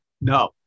no